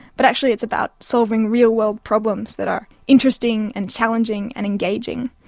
but actually it's about solving real-world problems that are interesting and challenging and engaging,